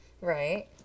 Right